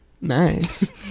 Nice